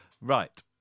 Right